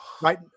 right